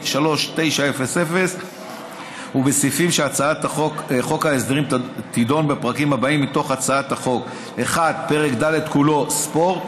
התשע"ז 2017 ובסעיפים מהצעת חוק ההסדרים תדון בפרק ד' כולו (ספורט).